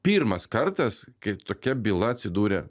pirmas kartas kai tokia byla atsidūrė